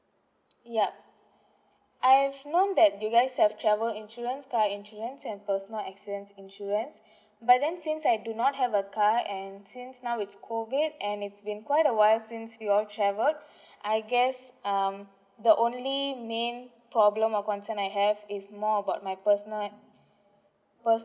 yup I've known that you guys have travel insurance car insurance and personal accidents insurance but then since I do not have a car and since now it's COVID and it's been quite a while since we all travelled I guess um the only main problem or concern I have is more about my personal and personal